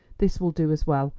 this will do as well,